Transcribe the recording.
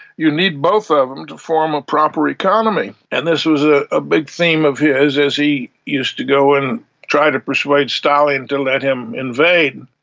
you need both ah of them to form a proper economy, and this was ah a big theme of his as he used to go and try to persuade stalin to let him invade.